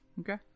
Okay